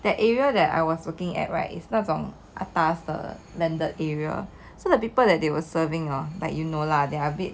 the area that I was working at right it's 那种 atas 的 landed area so the people that they were serving hor like you know lah they are a bit